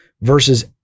versus